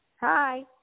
Hi